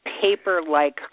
paper-like